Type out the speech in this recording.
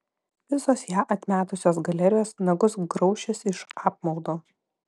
visos ją atmetusios galerijos nagus graušis iš apmaudo